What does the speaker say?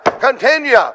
continue